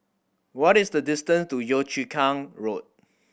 what is the distance to Yio Chu Kang Road